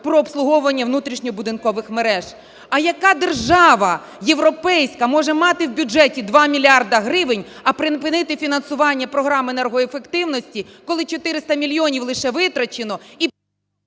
про обслуговування внутрішньобудинкових мереж. А яка держава європейська може мати в бюджеті 2 мільярда гривень, а припинити фінансування програм енергоефективності, коли 400 мільйонів лише витрачено